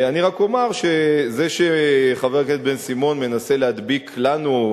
אני רק אומר שזה שחבר הכנסת בן-סימון מנסה להדביק לנו,